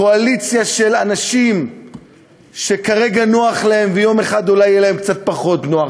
קואליציה של אנשים שכרגע נוח להם ויום אחד אולי יהיה להם קצת פחות נוח